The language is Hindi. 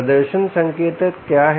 प्रदर्शन संकेतक क्या है